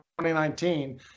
2019